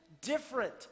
different